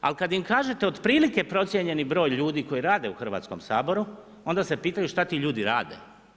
Al kad im kažete otprilike procijenjeni broj ljudi koji rade u Hrvatskom saboru, onda se pitaju šta ti ljudi rade.